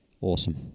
Awesome